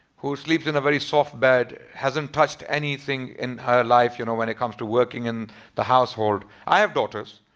who sleeps in a very soft bed. hasn't touched anything in her life. you know, when it comes to working in the household. i have daughters.